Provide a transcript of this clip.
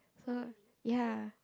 so ya